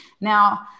Now